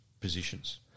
positions